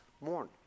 mourn